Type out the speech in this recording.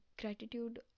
gratitude